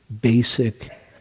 basic